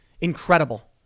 Incredible